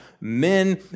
men